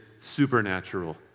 supernatural